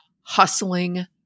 hustling